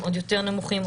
האחוזים עוד יותר נמוכים,